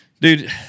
dude